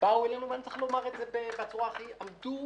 באו אלינו ואני צריך לומר את זה בצורה הכי ברורה עמדו